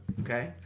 Okay